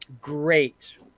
Great